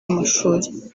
w’amashuri